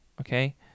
okay